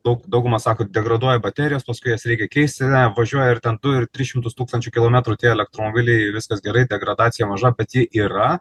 daug dauguma sako degraduoja baterijos paskui jas reikia keisti važiuoja ir ten du ir tris šimtus tūkstančių kilometrų tie elektromobiliai viskas gerai degradacija maža bet ji yra